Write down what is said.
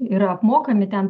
yra apmokami ten